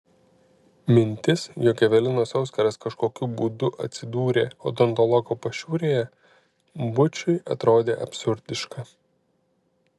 mintis jog evelinos auskaras kažkokiu būdu atsidūrė odontologo pašiūrėje bučui atrodė absurdiška